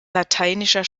lateinischer